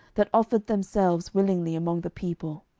that offered themselves willingly among the people.